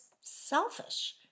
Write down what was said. selfish